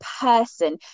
person